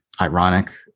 ironic